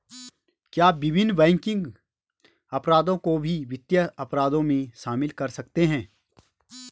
क्या विभिन्न बैंकिंग अपराधों को भी वित्तीय अपराधों में शामिल कर सकते हैं?